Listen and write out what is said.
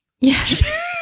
Yes